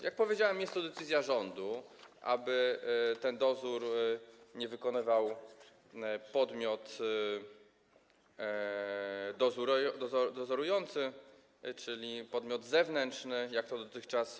Jak powiedziałem, jest to decyzja rządu, aby tego dozoru nie wykonywał podmiot dozorujący, czyli podmiot zewnętrzny, jak było dotychczas.